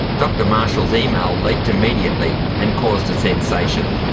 dr marshall's email leaked immediately, and caused a sensation.